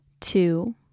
two